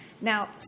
Now